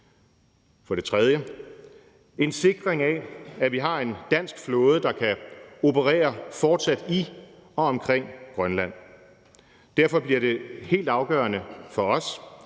For det tredje skal vi sikre, at vi har en dansk flåde, der fortsat kan operere i og omkring Grønland. Derfor bliver det helt afgørende for os,